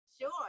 Sure